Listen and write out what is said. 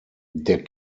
der